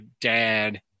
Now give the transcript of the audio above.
dad